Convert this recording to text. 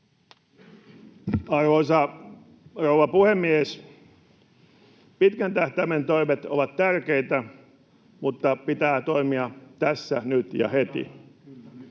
Arvoisa rouva puhemies! Pitkän tähtäimen toimet ovat tärkeitä, mutta pitää toimia tässä, nyt ja heti.